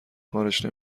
کارش